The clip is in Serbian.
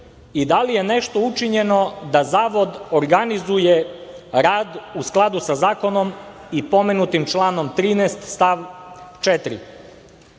i da li je nešto učinjeno da Zavod organizuje rad u skladu sa zakonom i pomenutim članom 13. stav